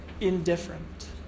indifferent